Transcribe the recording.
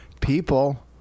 people